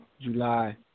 July